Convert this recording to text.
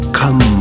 come